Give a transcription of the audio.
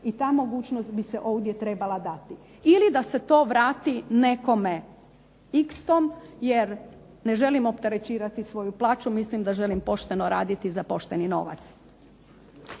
i ta mogućnost bi se ovdje trebala dati, ili da se to vrati nekome ikstom, jer ne želim opterećivati svoju plaću, mislim da želim pošteno raditi i za pošteni novac.